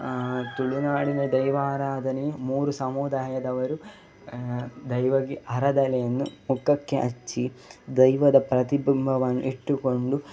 ತುಳುನಾಡಿನ ದೈವಾರಾಧನೆಯು ಮೂರು ಸಮುದಾಯದವರು ದೈವಗೆ ಆರಾಧನೆಯನ್ನು ಮುಖಕ್ಕೆ ಹಚ್ಚಿ ದೈವದ ಪ್ರತಿಬಿಂಬವನ್ನು ಇಟ್ಟುಕೊಂಡು